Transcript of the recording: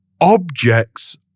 objects